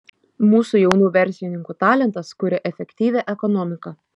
mūsų jaunų verslininkų talentas kuria efektyvią ekonomiką